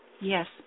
Yes